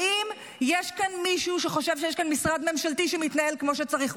האם יש כאן מישהו שחושב שיש כאן משרד ממשלתי שמתנהל כמו שצריך?